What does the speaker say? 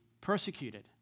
persecuted